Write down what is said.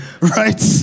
Right